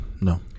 No